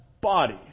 body